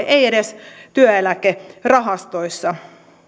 ei edes työeläkerahastoissa